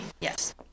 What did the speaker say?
Yes